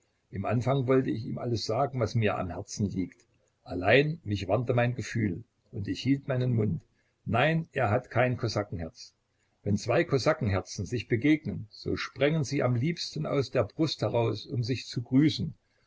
im anfang wollte ich ihm alles sagen was mir am herzen liegt allein mich warnte mein gefühl und ich hielt meinen mund nein er hat kein kosakenherz wenn zwei kosakenherzen sich begegnen so sprängen sie am liebsten aus der brust heraus um sich zu grüßen